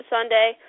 Sunday